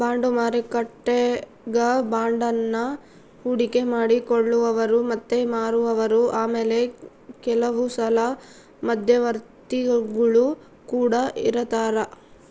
bond ಮಾರುಕಟ್ಟೆಗ ಬಾಂಡನ್ನ ಹೂಡಿಕೆ ಮಾಡಿ ಕೊಳ್ಳುವವರು ಮತ್ತೆ ಮಾರುವವರು ಆಮೇಲೆ ಕೆಲವುಸಲ ಮಧ್ಯವರ್ತಿಗುಳು ಕೊಡ ಇರರ್ತರಾ